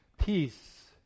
Peace